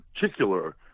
particular